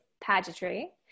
pageantry